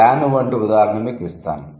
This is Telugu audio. లాన్ వంటి ఉదాహరణ మీకు ఇస్తాను